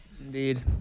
Indeed